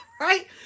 right